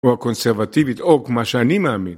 או הקונסרבטיבית או כמו שאני מאמין